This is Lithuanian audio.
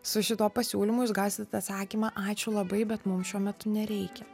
su šituo pasiūlymu jūs gausit atsakymą ačiū labai bet mum šiuo metu nereikia